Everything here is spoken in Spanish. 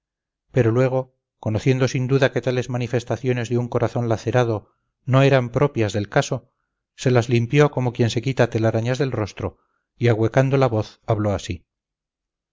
pero luego conociendo sin duda que tales manifestaciones de un corazón lacerado no eran propias del caso se las limpió como quien se quita telarañas del rostro y ahuecando la voz habló así